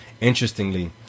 interestingly